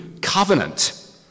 covenant